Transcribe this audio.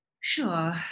Sure